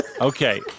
Okay